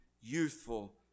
youthful